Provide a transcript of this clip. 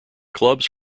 clubs